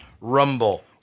rumble